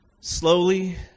slowly